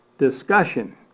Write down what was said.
discussion